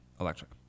electric